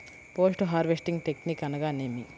Post harvesting technique అనగా నేమి?